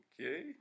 Okay